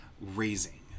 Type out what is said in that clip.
raising